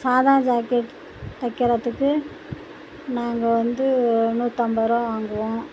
சாதா ஜாக்கெட் தைக்கிறத்துக்கு நாங்கள் வந்து நூற்றம்பது ருபா வாங்குவோம்